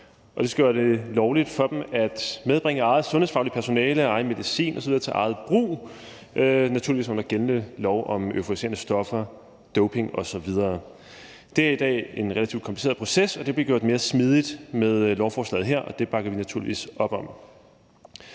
Det skal gøre det lovligt for dem at medbringe eget sundhedsfagligt personale og egen medicin osv. til eget brug, naturligvis under gældende lov om euforiserende stoffer, doping osv. Det er i dag en relativt kompliceret proces, og det bliver gjort mere smidigt med lovforslaget her. Det bakker vi naturligvis op om.